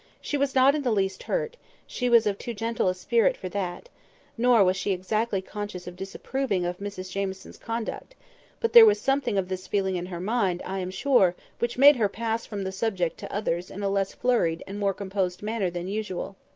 she was not in the least hurt she was of too gentle a spirit for that nor was she exactly conscious of disapproving of mrs jamieson's conduct but there was something of this feeling in her mind, i am sure, which made her pass from the subject to others in a less flurried and more composed manner than usual.